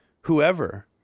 whoever